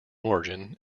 origin